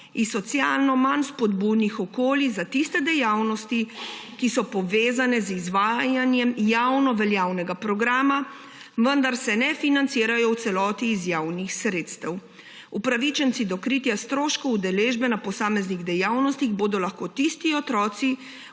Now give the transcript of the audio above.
iz socialno manj spodbudnih okolij za tiste dejavnosti, ki so povezane z izvajanjem javnoveljavnega programa, vendar se ne financirajo v celoti iz javnih sredstev. Upravičenci do kritja stroškov udeležbe na posameznih dejavnostih bodo lahko tisti otroci,